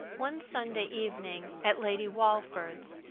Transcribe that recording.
one sunday evening, at lady walford's,